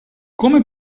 come